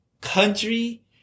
country